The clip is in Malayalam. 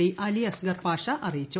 ഡി അലി അസ്ഗർ പാഷ അറിയിച്ചു